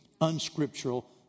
unscriptural